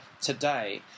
today